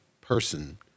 person